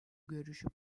görüşü